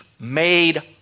made